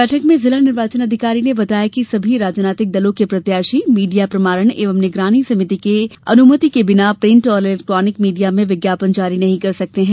बैठक में जिला निर्वाचन अधिकारी ने बताया कि सभी राजनैतिक दलों के प्रत्याशी मीडिया प्रमाणन एवं निगरानी समिति के अनुमति के बिना प्रिण्ट और इलेक्ट्रॉनिक मीडिया में विज्ञापन जारी नहीं कर सकते हैं